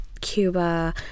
Cuba